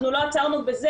אנחנו לא עצרנו בזה.